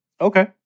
Okay